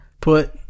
put